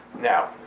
Now